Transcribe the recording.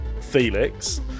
Felix